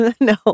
No